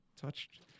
Touched